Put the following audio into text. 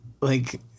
like-